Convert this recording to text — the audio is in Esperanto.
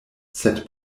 sed